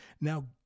Now